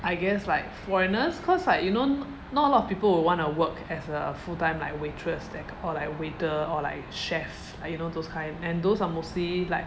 I guess like foreigners cause like you know not a lot of people would want to work as a full time like waitress that or like waiter or like chefs ah you know those kind and those are mostly like